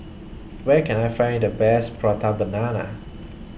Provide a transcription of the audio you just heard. Where Can I Find The Best Prata Banana